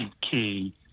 key